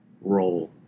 role